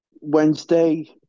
Wednesday